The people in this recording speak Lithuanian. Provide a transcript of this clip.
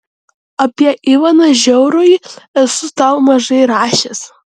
apie ivaną žiaurųjį esu tau mažai rašęs